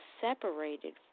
separated